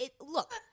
look